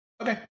Okay